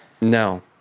No